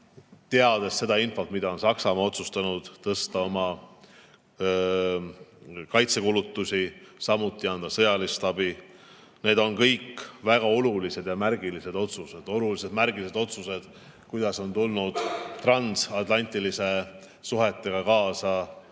teades seda infot, mida on Saksamaa otsustanud, tõsta oma kaitsekulutusi, samuti anda sõjalist abi – need kõik on väga olulised märgilised otsused. Olulised märgilised otsused. See, kuidas on tulnud transatlantiliste suhetega kaasa